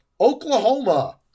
Oklahoma